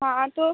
हाँ तो